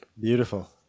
Beautiful